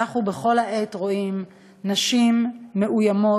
אנחנו כל העת רואים נשים מאוימות,